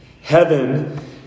Heaven